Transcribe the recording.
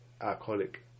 alcoholic